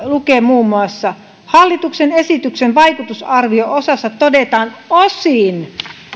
lukee muun muassa hallituksen esityksen vaikutusarvio osassa todetaan osin